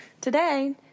today